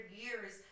years